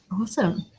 Awesome